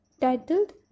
titled